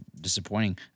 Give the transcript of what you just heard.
disappointing